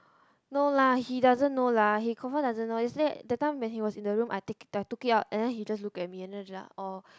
no lah he doesn't know lah he confirm doesn't know yesterday that time when he was in the room I take I took it out and then he just look at me and then just like oh